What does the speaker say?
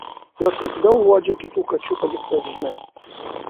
jos visada uodžia kitų kačių paliktas žymes